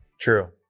True